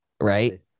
right